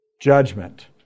judgment